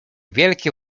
wielkie